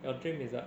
your dream is what